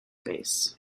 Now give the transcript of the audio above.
base